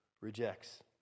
rejects